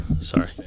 sorry